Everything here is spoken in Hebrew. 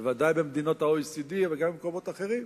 בוודאי במדינות ה-OECD, אבל גם במקומות אחרים.